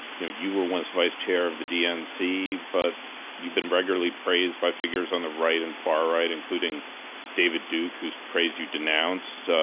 you know, you were once vice chair of the dnc, but you've been regularly praised by figures on the right and far right, including david duke, whose praise you denounced,